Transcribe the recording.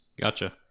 Gotcha